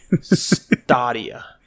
Stadia